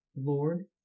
Lord